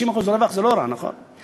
50% רווח זה לא רע, נכון?